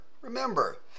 Remember